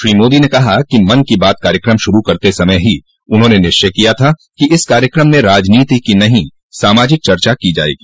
श्री मोदी ने कहा कि मन की बात कार्यक्रम शुरू करते समय ही उन्होंने निश्चय किया था कि इस कार्यक्रम में राजनीति की नहीं सामाजिक चर्चा की जाएगी